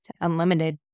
unlimited